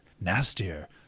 Nastier